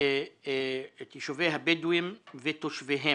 יישובי הבדואים ותושביהם.